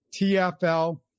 TFL